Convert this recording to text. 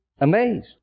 amazed